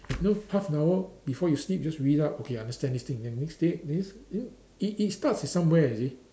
if no half an hour before you sleep just read up okay understand this thing then next day next then it it starts at somewhere you see